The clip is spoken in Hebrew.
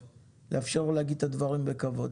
לאפשר לו להגיד את הדברים בכבוד,